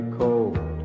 cold